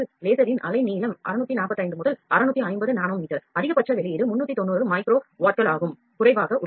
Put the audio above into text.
லேசரின் அலைநீளம் 645 முதல் 650 நானோ மீட்டர் அதிகபட்ச வெளியீடு 390 மைக்ரோ வாட்களுக்கும் குறைவாக உள்ளது